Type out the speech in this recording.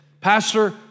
pastor